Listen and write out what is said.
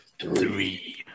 three